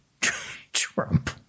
Trump